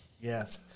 yes